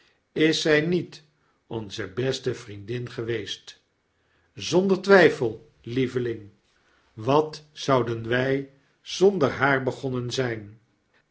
is zy nietonze beste vriendin geweest zonder twgfel lieveling wat zouden wij zonder haar begonnen zijn